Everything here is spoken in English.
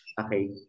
Okay